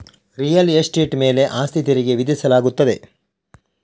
real estate ಮೇಲೆ ಆಸ್ತಿ ತೆರಿಗೆ ವಿಧಿಸಲಾಗುತ್ತದೆ